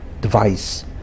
device